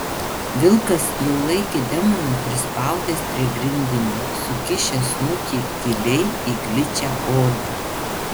vilkas jau laikė demoną prispaudęs prie grindinio sukišęs snukį giliai į gličią odą